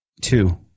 Two